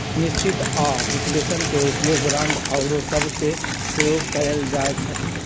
निश्चित आऽ विश्लेषण के उपयोग बांड आउरो सभ में सेहो कएल जाइ छइ